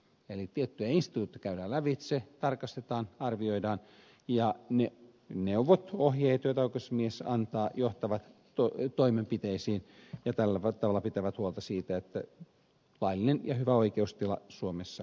eli tiettyjä instituutteja käydään lävitse tarkastetaan arvioidaan ja ne neuvot ohjeet joita oikeusasiamies antaa johtavat toimenpiteisiin ja tällä tavalla pitävät huolta siitä että laillinen ja hyvä oikeustila suomessa säilyy